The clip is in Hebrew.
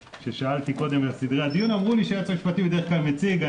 כששאלתי קודם על סדרי הדיון אמרו לי שהיועץ המשפטי בדרך כלל מציג.